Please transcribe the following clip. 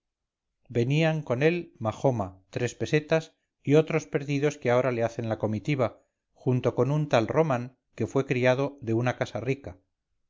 venían con él majoma tres pesetas y otros perdidos que ahora le hacen la comitiva junto con un tal román que fue criado de una casa rica